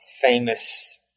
famous